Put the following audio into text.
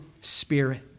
Spirit